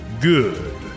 Good